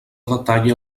detalla